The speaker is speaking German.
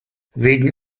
wegen